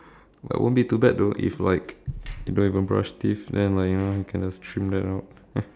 but won't be too bad though if like you don't even brush teeth then like you know you can just trim that out